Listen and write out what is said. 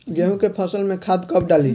गेहूं के फसल में खाद कब डाली?